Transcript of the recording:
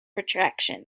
retraction